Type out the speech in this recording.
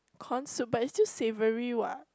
corn soup but it's still savoury what